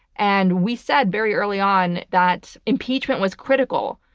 and we said very early on that impeachment was critical.